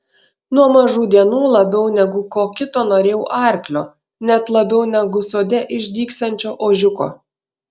nuo mažų dienų labiau negu ko kito norėjau arklio net labiau negu sode išdygsiančio ožiuko